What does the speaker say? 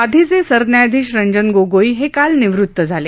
आधीचे सरन्यायाधीश रंजन गोगोई हे काल निवृत झाले